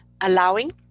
allowing